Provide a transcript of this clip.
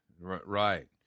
right